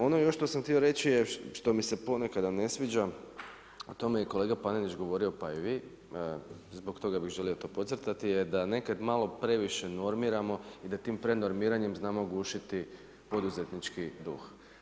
Ono još što sam htio reći je što mi se ponekada ne sviđa, a o tome je i kolega Panenić govorio, pa i vi, zbog toga bih želio to podcrtati da nekad malo previše normiramo i da tim prenormiranjem znamo gušiti poduzetnički duh.